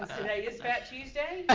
today is fat tuesday,